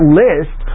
list